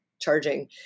charging